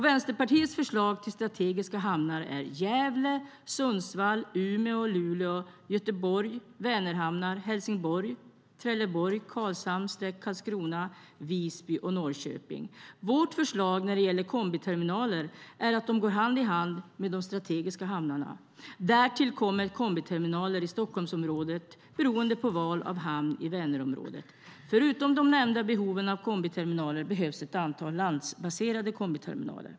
Vänsterpartiets förslag till strategiska hamnar är: Gävle, Sundsvall, Umeå, Luleå, Göteborg, Vänerhamnar, Helsingborg, Trelleborg, Karlshamn/Karlskrona, Visby och Norrköping. Vårt förslag när det gäller kombiterminaler är att de går hand i hand med de strategiska hamnarna. Därtill kommer kombiterminaler i Stockholmsområdet beroende på val av hamn i Vänerområdet. Förutom de nämnda behoven av kombiterminaler behövs det ett antal landbaserade kombiterminaler.